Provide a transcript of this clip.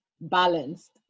balanced